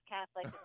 Catholic